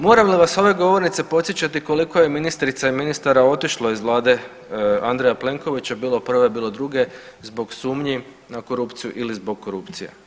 Moram li vas s ove govornice podsjećati koliko je ministrica i ministara otišlo iz vlade Andreja Plenkovića, bilo prve, bilo drugi zbog sumnji na korupciju ili zbog korupcije?